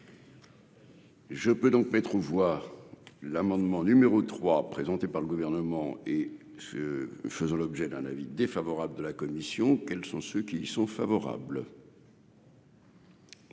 Je peux donc mettre voir l'amendement numéro 3 présenté par le gouvernement et ce faisant l'objet d'un avis défavorable de la commission, quels sont ceux qui y sont favorables.